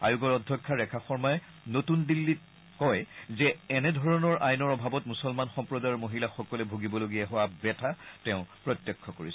আয়োগৰ অধ্যক্ষা ৰেখা শৰ্মাই নতুন দিন্নীত কয় যে এনে ধৰণৰ আইনৰ অভাৱত মুছলমান সম্প্ৰদায়ৰ মহিলাসকলে ভুগিবলগীয়া হোৱা বেথা তেওঁ প্ৰত্যক্ষ কৰিছে